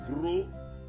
grow